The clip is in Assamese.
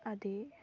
আদি